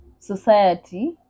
Society